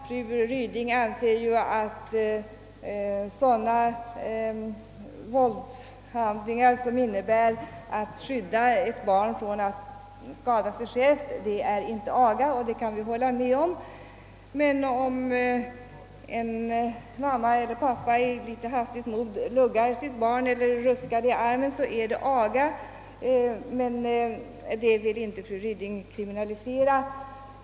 Fru Ryding anser att sådana våldshandlingar som syftar till att skydda ett barn från att skada sig självt inte är aga. Det kan vi hålla med om. Men om en mamma eller pappa i litet hastigt mod luggar sitt barn eller tar det i armen och ruskar det, är det aga som inte bör kriminaliseras.